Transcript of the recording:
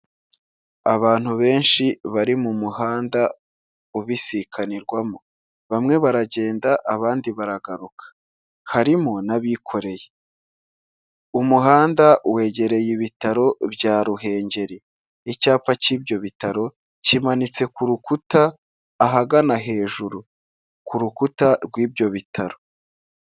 Abantu benshi bari mu muhanda ubisikanirwamo bamwe baragenda abandi baragaruka harimo n'abikoreye, umuhanda wegereye ibitaro bya Ruhengeri, icyapa cy'ibyo bitaro kimanitse ku rukuta ahagana hejuru ku rukuta rw'ibyo bitaro.